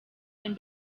and